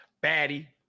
Batty